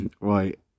Right